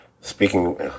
speaking